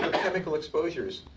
chemical exposures,